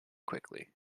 quickly